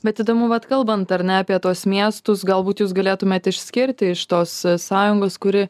bet įdomu vat kalbant ar ne apie tuos miestus galbūt jūs galėtumėt išskirti iš tos sąjungos kuri